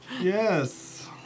Yes